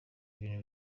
ibintu